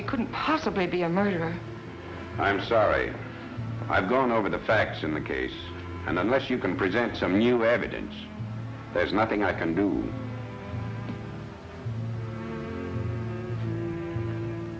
it couldn't possibly be america i'm sorry i've gone over the facts in the case and unless you can present some new evidence there's nothing i can do